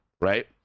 right